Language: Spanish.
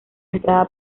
entrada